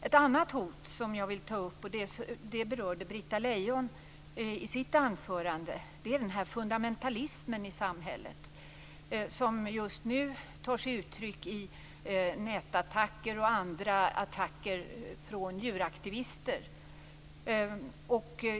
Ett annat hot som jag vill ta upp, vilket Britta Lejon berörde i sitt anförande, är den fundamentalism i samhället som just nu tar sig uttryck i nätattacker och andra attacker från djurrättsaktivister.